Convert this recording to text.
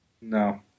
No